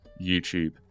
YouTube